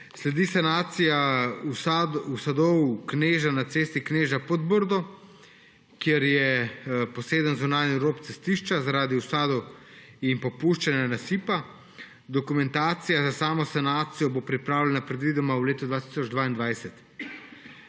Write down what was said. Sledi sanacija usadov Kneža na cesti Kneža–Podbrdo, kjer je poseden zunanji rob cestišča zaradi usadov in popuščanja nasipa. Dokumentacija za samo sanacijo bo pripravljena predvidoma v letu 2022.